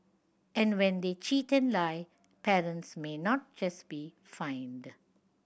and when they cheat and lie parents may not just be fined